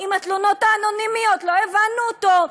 עם התלונות האנונימיות לא הבנו אותו,